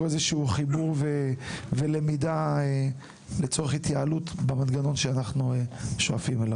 חיבור ולמידה לצורך התייעלות במנגנון שאליו אנחנו שואפים?